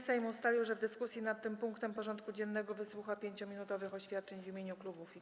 Sejm ustalił, że w dyskusji nad tym punktem porządku dziennego wysłucha 5-minutowych oświadczeń w imieniu klubów i koła.